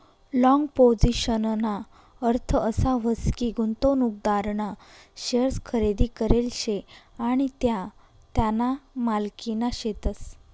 long पोझिशनना अर्थ असा व्हस की, गुंतवणूकदारना शेअर्स खरेदी करेल शे आणि त्या त्याना मालकीना शेतस